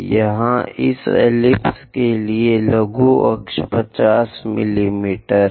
यहाँ इस एलिप्स के लिए लघु अक्ष 50 मिमी है